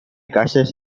cases